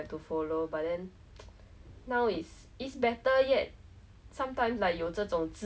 then like you scold me this kind of thing then of course I will lose interest in it what no wonder I fail my my science lah